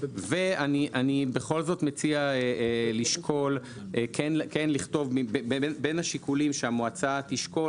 ואני בכל זאת משקיע לשקול כן לכתוב: בין השיקולים שהמועצה תשקול,